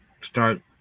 start